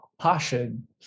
passion